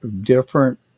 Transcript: different